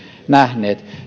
nähneet